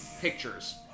pictures